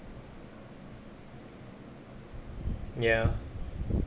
ya